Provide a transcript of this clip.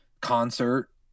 concert